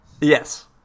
Yes